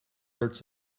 hurts